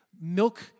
milk